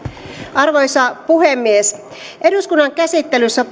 arvoisa puhemies eduskunnan käsittelyssä